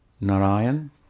Narayan